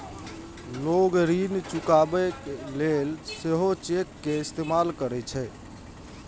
लोग ऋण चुकाबै लेल सेहो चेक के इस्तेमाल करै छै